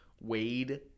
Wade